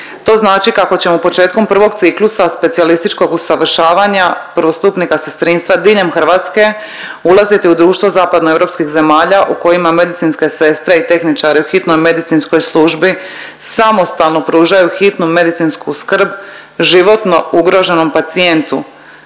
To znači kako ćemo početkom prvog ciklusa specijalističkog usavršavanja prvostupnika sestrinstva diljem Hrvatske ulaziti u društvo zapadno-europskih zemalja u kojima medicinske sestre i tehničari u hitnoj medicinskoj službi samostalno pružaju hitnu medicinsku skrb životno ugroženom pacijentu